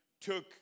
took